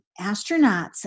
astronauts